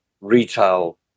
retail